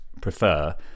prefer